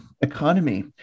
economy